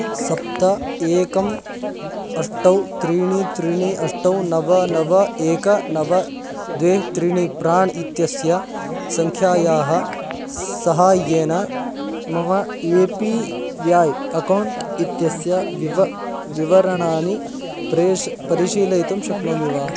सप्त एकम् अष्टौ त्रीणि त्रीणि अष्टौ नव नव एकं नव द्वे त्रीणि प्राण् इत्यस्य सङ्ख्यायाः साहाय्येन मम ए पी व्याय् अकौण्ट् इत्यस्य विवरनं विवरणानि प्रेषय परिशीलयितुं शक्नोमि वा